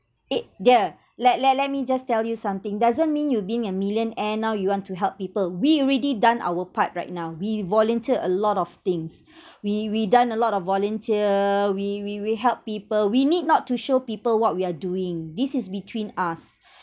eh dear let let let me just tell you something doesn't mean you being a millionaire now you want to help people we already done our part right now we volunteered a lot of things we we done a lot of volunteer we we we help people we need not to show people what we are doing this is between us